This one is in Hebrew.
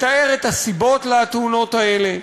מתאר את הסיבות לתאונות האלה: